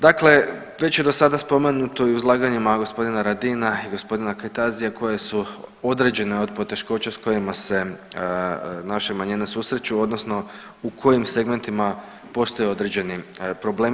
Dakle, već je dosada spomenuto i u izlaganjima gospodina Radina i gospodina Kajtazija koje su određene poteškoće s kojima se naše manjine susreću odnosno u kojim segmentima postoje određeni problemi.